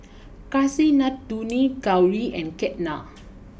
Kasinadhuni Gauri and Ketna